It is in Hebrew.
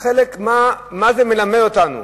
מה זה מלמד אותנו?